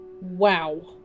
Wow